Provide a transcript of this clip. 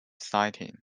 sighting